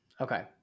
okay